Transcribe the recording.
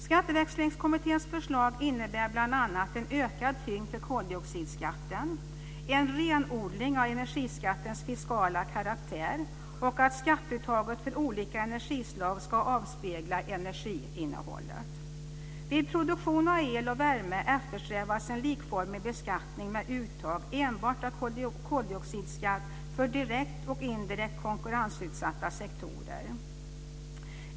Skatteväxlingskommitténs förslag innebär bl.a. en ökad tyngd för koldioxidskatten, en renodling av energiskattens fiskala karaktär och att skatteuttaget för olika energislag ska avspegla energiinnehållet. Vid produktion av el och värme eftersträvas en likformig beskattning med uttag enbart av koldioxidskatt för direkt och indirekt konkurrensutsatta sektorer.